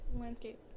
landscape